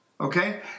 Okay